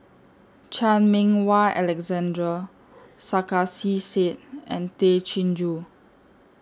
Chan Meng Wah Alexander Sarkasi Said and Tay Chin Joo